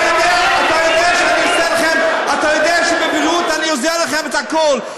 אתה יודע שבבריאות אני עוזר לכם בכול,